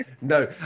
no